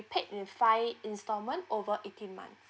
paid in five installment over eighteen month